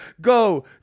Go